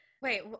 wait